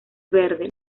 verde